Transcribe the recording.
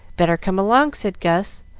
better come along, said gus,